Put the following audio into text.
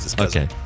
Okay